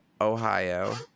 Ohio